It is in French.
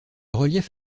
relief